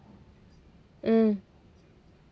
mm